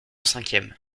cinquième